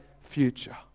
future